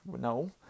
no